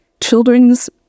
children's